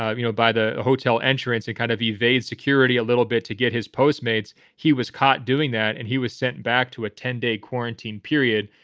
ah you know, by the hotel entrance and kind of evade security a little bit to get his post mates. he was caught doing that and he was sent back to a ten day quarantine period,